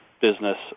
business